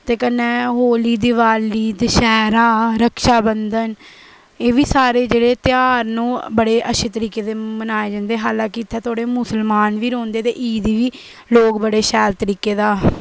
कन्नै होली दिवाली दशैह्रा रक्षाबंधन एह् बी सारे जेह्ड़े ध्यार न बड़े अच्छे तरीके कन्नै मनाए जंदे हालां के इत्थै थोड़े मुस्लमान बी रौहंदे न ते ईद गी बी लोक बड़े शैल तरीके दा